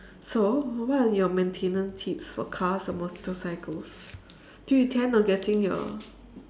so what are your maintenance tips for cars or motorcycles do you intend on getting your